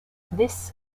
this